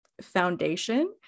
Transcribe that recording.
foundation